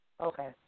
Okay